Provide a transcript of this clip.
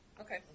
Okay